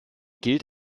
gilt